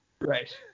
Right